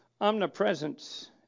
omnipresence